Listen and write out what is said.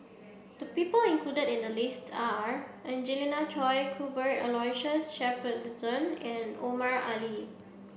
the people included in the list are Angelina Choy Cuthbert Aloysius Shepherdson and Omar Ali